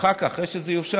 אחר כך, אחרי שזה יאושר,